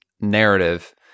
narrative